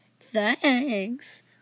Thanks